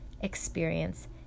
experience